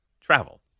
travel